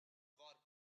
warm